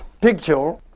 picture